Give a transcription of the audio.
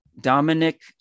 Dominic